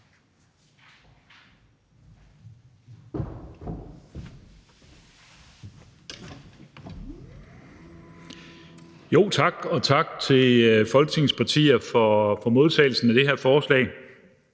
Tak, og tak til Folketingets partier for modtagelsen af det her forslag.